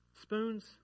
Spoons